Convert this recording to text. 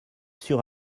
sur